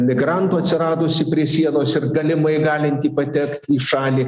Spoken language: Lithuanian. migrantų atsiradusį prie sienos ir galimai galintį patekt į šalį